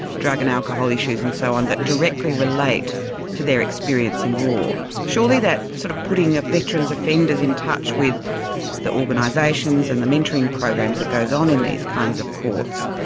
drug and alcohol issues, and so on, that directly relate to their experience in war. surely that sort of putting of veterans offenders in touch with the organisations and the mentoring programs that go on in these kinds of courts,